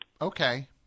Okay